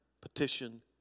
petition